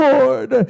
Lord